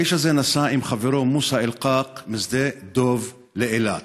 האיש הזה נסע עם חברו מוסא אלקאק משדה דב לאילת,